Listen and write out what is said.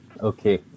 okay